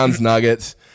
Nuggets